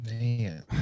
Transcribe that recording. Man